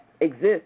exist